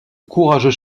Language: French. courageux